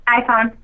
iPhone